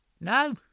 No